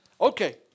Okay